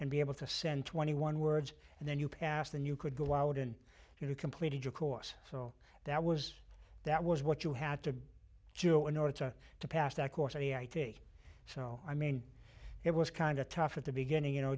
and be able to send twenty one words and then you pass than you could go out and you know completed your course so that was that was what you had to do in order to pass that course i think so i mean it was kind of tough at the beginning you know